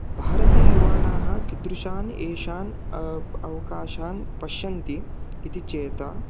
भारतीय युवानाः कीदृशान् एषान् अवकाशान् पश्यन्ति इति चेत्